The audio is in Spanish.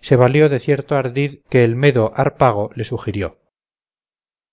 se valió de cierto ardid que el medo harpago le sugirió